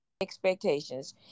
expectations